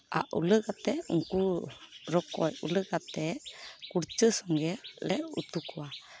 ᱟᱨ ᱩᱞᱟᱹ ᱠᱟᱛᱮᱫ ᱩᱱᱠᱩ ᱨᱚᱠᱚᱡ ᱩᱞᱟᱹ ᱠᱟᱛᱮᱫ ᱠᱩᱲᱪᱟᱹ ᱥᱚᱸᱜᱮ ᱞᱮ ᱩᱛᱩ ᱠᱚᱣᱟ